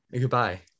Goodbye